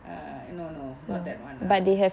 uh no no not that [one] ah